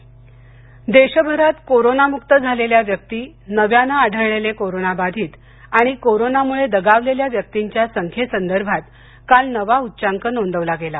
Covid रिथती देशभरात कोरोनामुक्त झालेल्या व्यक्ती नव्यानं आढळलेले कोरोना बाधित आणि कोरोना मुळे दगावलेल्या व्यक्तींच्या संख्ये संदर्भात काल नवा उच्चांक नोंदवला गेला